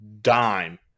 dime